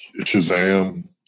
Shazam